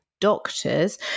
doctors